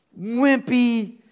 wimpy